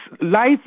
life